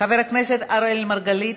חבר הכנסת אראל מרגלית,